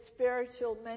spiritual